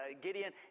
Gideon